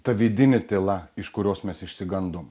ta vidinė tyla iš kurios mes išsigandom